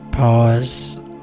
Pause